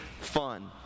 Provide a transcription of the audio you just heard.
fun